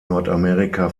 nordamerika